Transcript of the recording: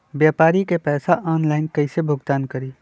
व्यापारी के पैसा ऑनलाइन कईसे भुगतान करी?